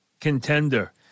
contender